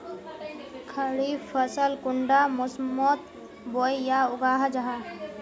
खरीफ फसल कुंडा मोसमोत बोई या उगाहा जाहा?